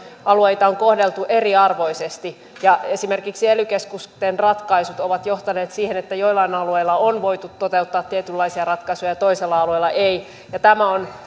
alueita on kohdeltu eriarvoisesti esimerkiksi ely keskusten ratkaisut ovat johtaneet siihen että jollain alueella on voitu toteuttaa tietynlaisia ratkaisuja ja toisella alueella ei